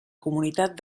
comunitat